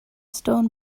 stone